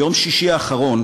ביום שישי האחרון,